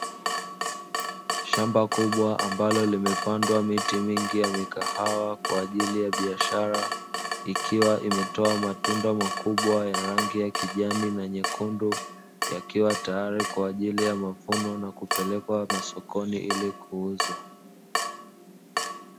Shamba kubwa ambalo limepandwa miti mingi ya mikahawa kwa ajili ya biashara ikiwa imetoa matunda makubwa ya rangi ya kijani na nyekundu yakiwa tayari kwa ajili ya mavuno na kupelekwa masokoni ili kuuzwa.